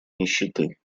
нищеты